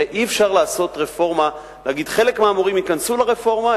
הרי אי-אפשר לעשות רפורמה ולהגיד: חלק מהמורים ייכנסו לרפורמה,